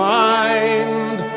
mind